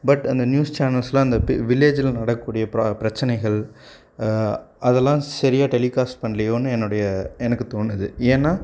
but அந்த news சேனல்ஸில் அந்த பி வில்லேஜுயில் நடக்கக்கூடிய பிரா பிரச்சினைகள் அதெல்லாம் சரியாக டெலிகாஸ்ட் பண்ணலையோன்னு என்னுடைய எனக்கு தோணுது ஏன்னால்